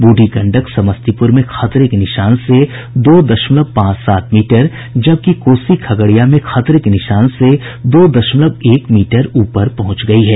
बूढ़ी गंडक समस्तीपुर में खतरे के निशान से दो दशमलव पांच सात मीटर जबकि कोसी खगड़िया में खतरे के निशान से दो दशमलव एक मीटर ऊपर पहुंच गयी है